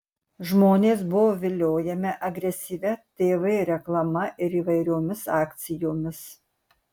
žmonės buvo viliojami agresyvia tv reklama ir įvairiomis akcijomis